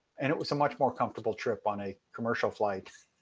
and it was a much more comfortable trip on a commercial flight.